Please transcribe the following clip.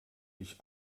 ich